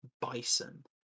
Bison